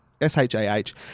S-H-A-H